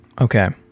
Okay